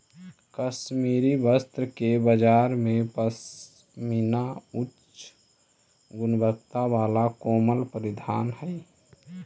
कश्मीरी वस्त्र के बाजार में पशमीना उच्च गुणवत्ता वाला कोमल परिधान हइ